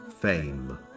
fame